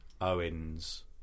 Owens